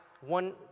one